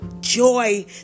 joy